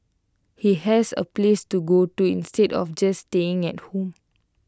he has A place to go to instead of just staying at home